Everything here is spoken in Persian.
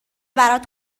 برات